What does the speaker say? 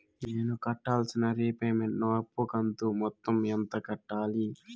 నేను కట్టాల్సిన రీపేమెంట్ ను అప్పు కంతు మొత్తం ఎంత కట్టాలి?